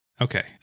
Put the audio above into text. okay